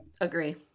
agree